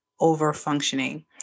overfunctioning